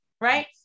right